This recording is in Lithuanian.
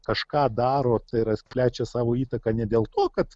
kažką daro tai yra plečia savo įtaką ne dėl to kad